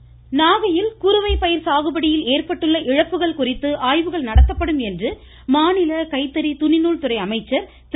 Maniyan voice நாகையில் குறுவை பயிர் சாகுபடியில் ஏற்பட்டுள்ள இழப்புகள் குறித்து ஆய்வுகள் நடத்தப்படும் என்று மாநில கைத்தறி துணிநூல்துறை அமைச்சர் திரு